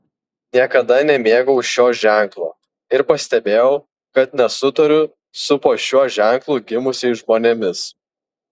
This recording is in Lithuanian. niekada nemėgau šio ženklo ir pastebėjau kad nesutariu su po šiuo ženklu gimusiais žmonėmis